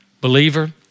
Believer